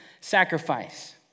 sacrifice